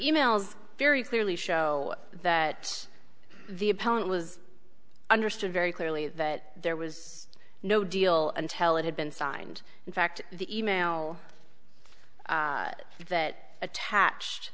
e mails very clearly show that the appellant was understood very clearly that there was no deal until it had been signed in fact the e mail that attach